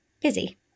busy